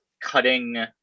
cutting